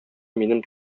минем